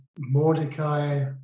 Mordecai